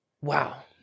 wow